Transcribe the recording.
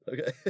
Okay